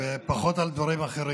ופחות על דברים אחרים,